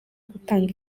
gutanga